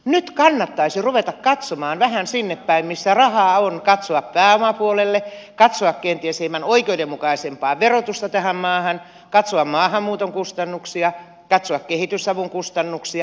nyt kannattaisi ruveta katsomaan vähän sinne päin missä rahaa on katsoa pääomapuolelle katsoa kenties hieman oikeudenmukaisempaa verotusta tähän maahan katsoa maahanmuuton kustannuksia katsoa kehitysavun kustannuksia